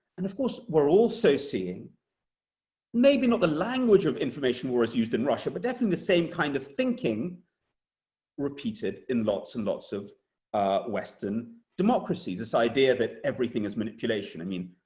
and, of course, we're also seeing maybe not the language of information war as used in russia, but definitely the same kind of thinking repeated in lots and lots of western democracies. this idea that everything is manipulation. i mean,